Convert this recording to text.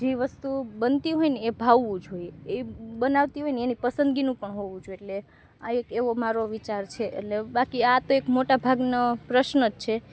જે વસ્તુ જે બનતી હોયને એ ભાવવું જોઈએ એ બનાવતી હોયને એની પસંદગીનું પણ હોવું જોઈએ એટલે આ એક એવો મારો વિચાર છે એટલે બાકી આ તો એક મોટાં ભાગનો પ્રશ્ન જ છે